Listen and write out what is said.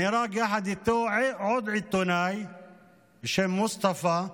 נהרג יחד איתו עוד עיתונאי בשם מוסטפא.